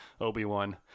Obi-Wan